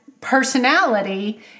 personality